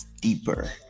deeper